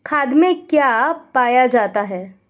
खाद में क्या पाया जाता है?